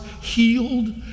healed